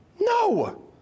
No